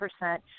percent